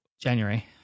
january